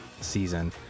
season